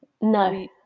no